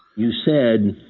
you said,